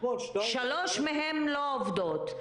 שלוש מהן לא עובדות,